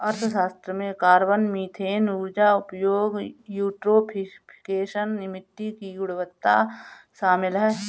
अर्थशास्त्र में carbon, methane ऊर्जा उपयोग, यूट्रोफिकेशन, मिट्टी की गुणवत्ता शामिल है